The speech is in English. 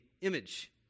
image